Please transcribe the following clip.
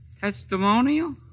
Testimonial